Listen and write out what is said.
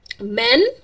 men